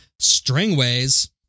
Stringways